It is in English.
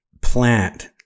plant